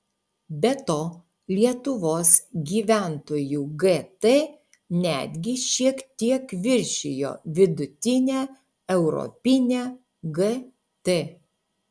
be to lietuvos gyventojų gt netgi šiek tiek viršijo vidutinę europinę gt